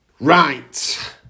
Right